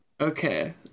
Okay